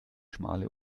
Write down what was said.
schmale